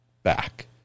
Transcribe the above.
back